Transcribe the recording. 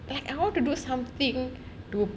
I want to do something